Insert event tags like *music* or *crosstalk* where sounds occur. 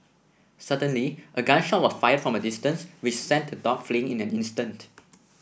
suddenly a gun shot was fired from a distance which sent the dogs fleeing in an instant *noise*